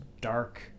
dark